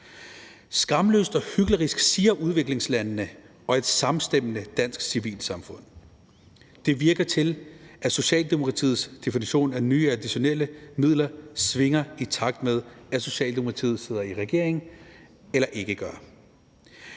Skamløst og hyklerisk, siger udviklingslandene og et samstemmende dansk civilsamfund. Det virker, som om Socialdemokratiets definition af nye, additionelle midler svinger, i takt med om Socialdemokratiet sidder i regering eller ikke gør.